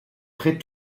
très